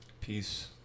peace